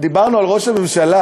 דיברנו על ראש הממשלה,